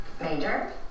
Major